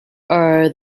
are